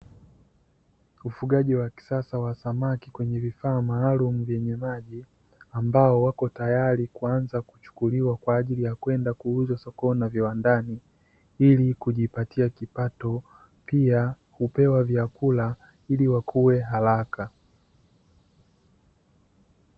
Ufugaji wa kisasa wa samaki kwenye vifaa maalumu vyenye maji ambao wako tayari kuanza kuchukuliwa kwa ajili ya kwenda kuuzwa sokoni na viwandani ili kujipatia kipato. Pia, hupewa vyakula ili wakue haraka.